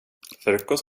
frukost